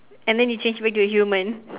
and then you change back to a human